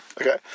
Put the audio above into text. Okay